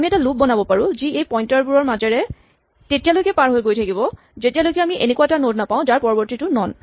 আমি এটা লুপ বনাব পাৰোঁ যি এই পইন্টাৰ বোৰৰ মাজেৰে তেতিয়ালৈকে পাৰ হৈ হৈ গৈ থাকিব যেতিয়ালৈকে আমি এনেকুৱা এটা নড নাপাওঁ যাৰ পৰৱৰ্তীটো নন